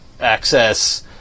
access